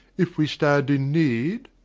if we stand in need.